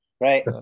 right